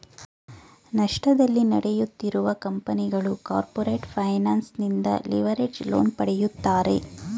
ನಷ್ಟದಲ್ಲಿ ನಡೆಯುತ್ತಿರುವ ಕಂಪನಿಗಳು ಕಾರ್ಪೊರೇಟ್ ಫೈನಾನ್ಸ್ ನಿಂದ ಲಿವರೇಜ್ಡ್ ಲೋನ್ ಪಡೆಯುತ್ತಾರೆ